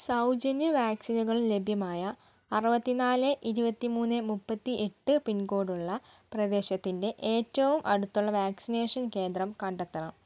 സൗജന്യ വാക്സിനുകൾ ലഭ്യമായ അറുപത്തിനാല് ഇരുപത്തിമൂന്ന് മുപ്പത്തിയെട്ട് പിൻകോഡുള്ള പ്രദേശത്തിൻ്റെ ഏറ്റവും അടുത്തുള്ള വാക്സിനേഷൻ കേന്ദ്രം കണ്ടെത്തണം